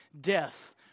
death